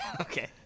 Okay